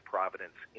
Providence